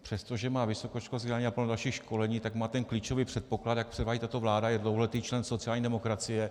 Přestože má vysokoškolské vzdělání a plno dalších školení, tak má ten klíčový předpoklad, jak předvádí tato vláda je dlouholetý člen sociální demokracie.